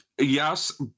Yes